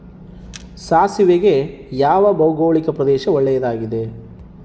ಸಾಸಿವೆಗೆ ಯಾವ ಭೌಗೋಳಿಕ ಪ್ರದೇಶ ಒಳ್ಳೆಯದಾಗಿದೆ?